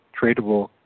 tradable